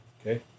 Okay